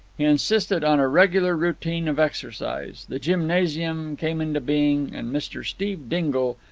he insisted on a regular routine of exercise. the gymnasium came into being, and mr. steve dingle,